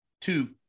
two